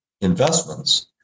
investments